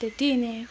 त्यति नै हो